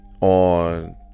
On